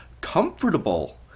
comfortable